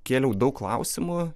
kėliau daug klausimų